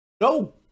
No